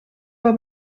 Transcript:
war